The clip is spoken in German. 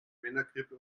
männergrippe